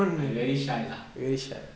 I very shy lah